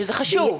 שזה חשוב.